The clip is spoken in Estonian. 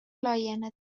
laieneda